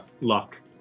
Luck